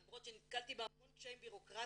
למרות שנתקלתי בהמון קשיים ביורוקרטיים.